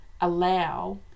allow